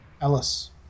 Ellis